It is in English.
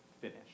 finish